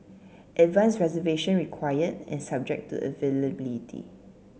advanced reservation required and subject to availability